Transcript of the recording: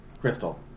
Crystal